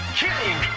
kidding